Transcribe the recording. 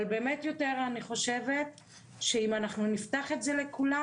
אבל באמת אני חושבת שאם נפתח את זה לכולם